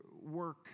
work